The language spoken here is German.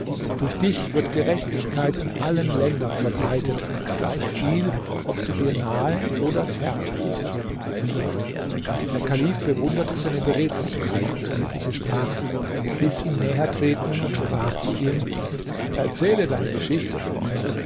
durch dich wird gerechtigkeit in allen ländern verbreitet gleichviel ob sie dir nahe oder ferne liegen der kalif bewunderte seine beredsamkeit und liebliche sprache hieß ihn näher treten und sprach zu ihm erzähle deine geschichte